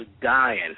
dying